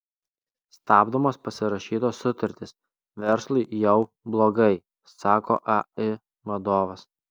stabdomos pasirašytos sutartys verslui jau blogai sako ai vadovas